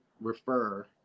refer